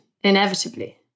inevitably